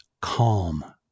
Calm